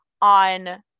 on